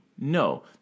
No